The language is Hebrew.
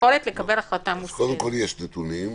קודם כול, יש נתונים.